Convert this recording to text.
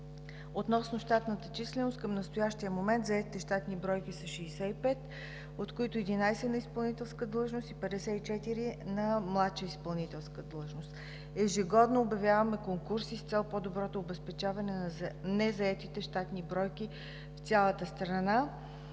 Относно щатната численост, към настоящия момент заетите щатни бройки са 65, от които 11 на изпълнителска длъжност и 54 на младша изпълнителска длъжност. Ежегодно обявяваме конкурси с цел по-доброто обезпечаване на незаетите щатни бройки в цялата страна.